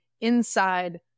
inside-